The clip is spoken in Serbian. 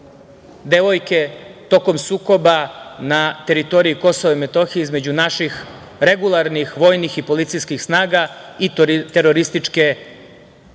devojke tokom sukoba na teritoriji Kosova i Metohije između naših regulatornih vojnih i policijskih snaga i terorističke